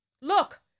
Look